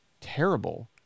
terrible